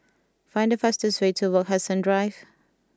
find the fastest way to Wak Hassan Drive